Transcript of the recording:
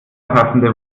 passende